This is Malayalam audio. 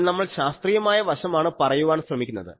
അതിൽ നമ്മൾ ശാസ്ത്രീയമായ വശമാണ് പറയുവാൻ ശ്രമിക്കുന്നത്